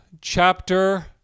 chapter